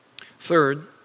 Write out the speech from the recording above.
Third